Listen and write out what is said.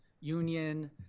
union